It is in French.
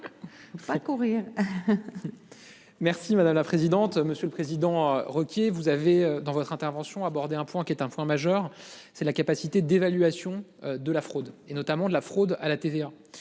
Merci madame la présidente, monsieur le président requiers vous avez dans votre intervention aborder un point qui est un point majeur, c'est la capacité d'évaluation de la fraude et notamment de la fraude à la TVA.